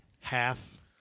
half